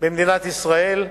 במדינת ישראל.